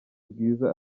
bwiza